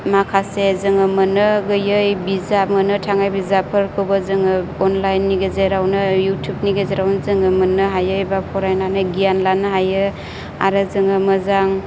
माखासे जोङाे मोन्नो गैयै बिजाब मोन्नो थाङै बिजाबफोरखौबो जोङाे अनलाइननि गेजेरावनो इउथुबनि गेजेरावनो जोङाे मोन्नो हायो एबा फरायनानै गियान लानो हायो आरो जोङाे मोजां